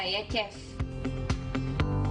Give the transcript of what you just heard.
אותו.